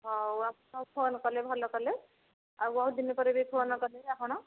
ହେଉ ଆପଣ ଫୋନ୍ କଲେ ଭଲ କଲେ ଆଉ ବହୁତ ଦିନ ପରେ ବି ଫୋନ୍ କଲେ ଆପଣ